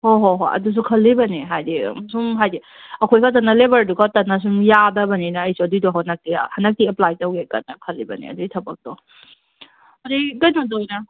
ꯍꯣꯏ ꯍꯣꯏ ꯍꯣꯏ ꯑꯗꯨꯁꯨ ꯈꯜꯂꯤꯕꯅꯤ ꯍꯥꯏꯕꯗꯤ ꯑꯁꯨꯝ ꯍꯥꯏꯕꯗꯤ ꯑꯩꯈꯣꯏꯈꯛꯇꯅ ꯂꯦꯕꯔꯗꯨ ꯈꯛꯇꯅ ꯑꯁꯨꯝ ꯌꯥꯗꯕꯅꯤꯅ ꯑꯩꯁꯨ ꯑꯗꯨꯒꯤꯗꯣ ꯍꯣꯠꯅꯒꯦ ꯍꯟꯗꯛꯇꯤ ꯑꯦꯞꯄ꯭ꯂꯥꯏ ꯇꯧꯒꯦ ꯀꯟꯅ ꯈꯜꯂꯤꯕꯅꯤ ꯑꯗꯨꯒꯤ ꯊꯕꯛꯇꯣ ꯑꯗꯨꯒꯩ ꯀꯩꯅꯣꯗ ꯑꯩꯅ